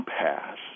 pass